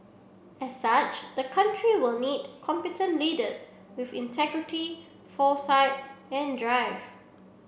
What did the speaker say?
as such the country will need competent leaders with integrity foresight and drive